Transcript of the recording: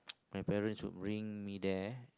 my parents would bring me there